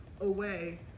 away